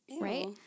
Right